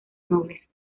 nobles